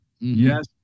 Yes